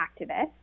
activist